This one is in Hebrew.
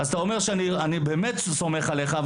אני באמת סומך עליך,